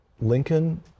Lincoln